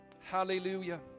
Hallelujah